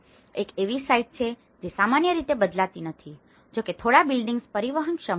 એક એવી સાઇટ છે જે સામાન્ય રીતે બદલાતી નથી જોકે થોડા બિલ્ડિંગ્સ પરિવહનક્ષમ હોય છે